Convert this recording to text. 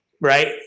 Right